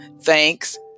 Thanks